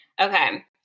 Okay